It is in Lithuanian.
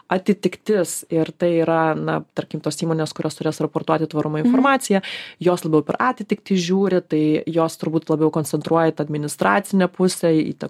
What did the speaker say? atitiktis ir tai yra na tarkim tos įmonės kurios turės raportuoti tvarumo informaciją jos labiau per atitiktis žiūri tai jos turbūt labiau koncentruoja į tą administracinę pusę į tą